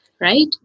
right